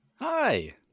Hi